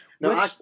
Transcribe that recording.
No